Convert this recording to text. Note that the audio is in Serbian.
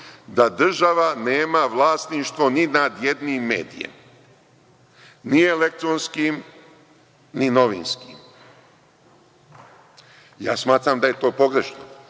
da država nema vlasništvo ni nad jednim medijem, ni elektronskim, ni novinskim. Smatram da je to pogrešno,